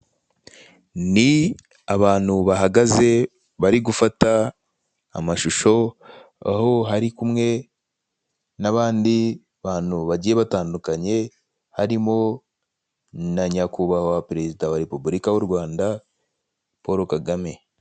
Ni abantu bahagaze bari gufata amashusho aho hari kumwe n'abandi bantu bagiye batandukanye harimo na Nyakubahwa Perezida wa Repubulika y'u Rwanda Paul Kagame.